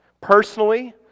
personally